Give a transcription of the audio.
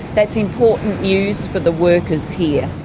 that's important news for the workers here.